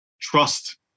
trust